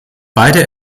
beide